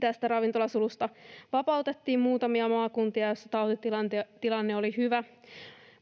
tästä ravintolasulusta vapautettiin muutamia maakuntia, joissa tautitilanne oli hyvä,